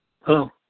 Hello